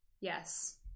Yes